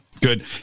good